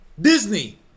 Disney